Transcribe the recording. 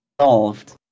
solved